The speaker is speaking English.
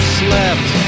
slept